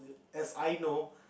as I know